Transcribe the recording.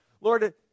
Lord